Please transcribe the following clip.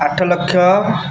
ଆଠ ଲକ୍ଷ